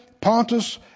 Pontus